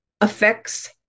affects